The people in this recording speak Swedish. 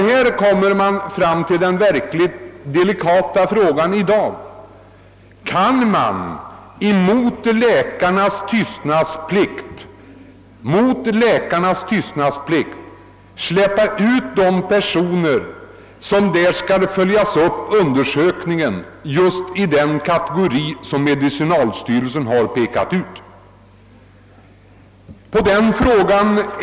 Här kommer man i dag fram till den verkligt delikata frågan: Kan man mot läkarnas tystnadsplikt plocka fram de personer som befinner sig just i den kategori som medicinalstyrelsen har pekat ut och som skall följas upp i undersökningen.